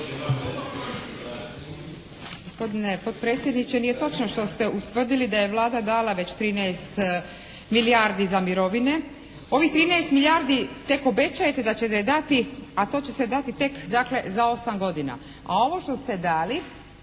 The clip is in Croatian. Gospodine potpredsjedniče, nije točno što ste ustvrdili da je Vlada dala već 13 milijardi za mirovine. Ovih 13 milijardi tek obećajete da ćete dati a to će se dati tek dakle za osam godina. A ovo što ste dali